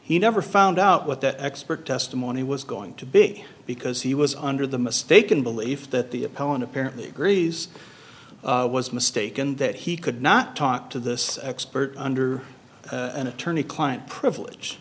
he never found out what that expert testimony was going to be because he was under the mistaken belief that the opponent apparently agrees was mistaken that he could not talk to this expert under an attorney client privilege